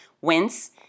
wince